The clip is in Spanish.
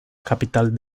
capital